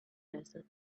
desert